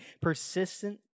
persistent